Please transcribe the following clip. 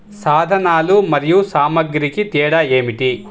సాధనాలు మరియు సామాగ్రికి తేడా ఏమిటి?